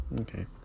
Okay